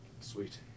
Sweet